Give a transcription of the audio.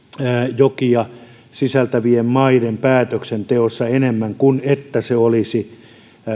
kutujokia sisältävien maiden päätöksenteossa kuin että se olisi